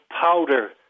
powder